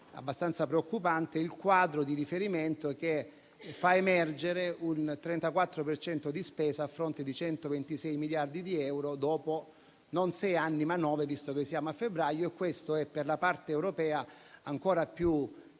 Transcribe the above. abbastanza preoccupante il quadro di riferimento, che fa emergere un 34 per cento di spesa, a fronte di 126 miliardi di euro, dopo non sei anni, ma nove, visto che siamo a febbraio. Questo, per la parte europea, è ancor più